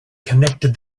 connected